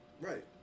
Right